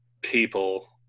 people